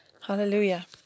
Hallelujah